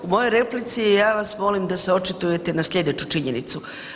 U mojoj replici ja vas molim da se očitujete na slijedeću činjenicu.